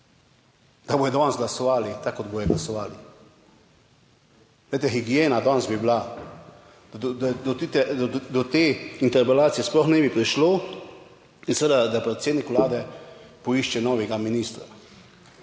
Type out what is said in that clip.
da bodo danes glasovali tako, kot bodo glasovali. Glejte, higiena danes bi bila, do te interpelacije sploh ne bi prišlo. In seveda, da predsednik vlade poišče novega ministra.